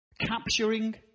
Capturing